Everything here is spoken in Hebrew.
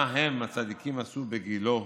מה הם הצדיקים עשו בגילו,